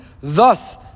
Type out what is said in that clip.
Thus